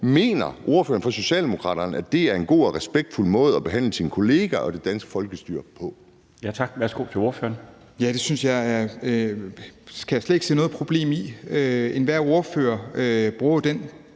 Mener ordføreren for Socialdemokraterne, at det er en god og respektfuld måde at behandle sine kolleger og det danske folkestyre på?